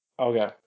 Okay